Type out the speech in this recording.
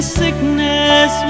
sickness